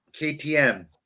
KTM